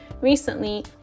Recently